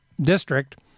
district